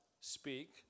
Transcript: speak